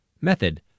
Method